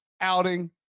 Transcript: outing